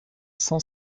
cent